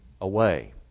away